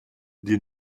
dir